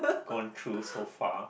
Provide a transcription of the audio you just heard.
gone through so far